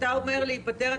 כשאתה אומר להיפטר,